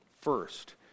first